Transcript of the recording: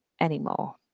anymore